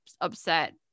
upset